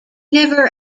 never